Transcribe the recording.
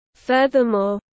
Furthermore